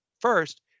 first